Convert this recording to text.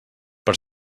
per